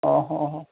ଅ ହଁ ହଁ